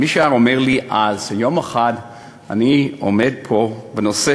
שיום אחד אני אעמוד פה ואשא